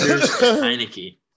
Heineke